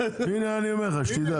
הינה, אני אומר לך, שתדע.